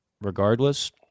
regardless